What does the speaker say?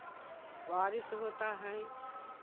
बारिश होता है